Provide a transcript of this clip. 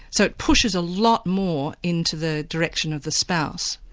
so it pushes a lot more into the direction of the spouse.